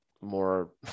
more